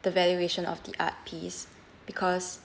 the valuation of the art piece because